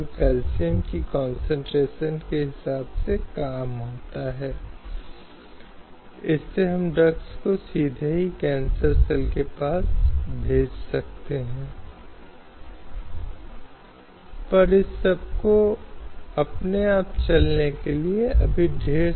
यह लिंगों की समानता की बात करता है यह सिर्फ सेक्स के आधार पर व्यक्तियों के बीच भेदभाव की अनुपस्थिति की बात करता है